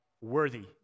worthy